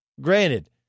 Granted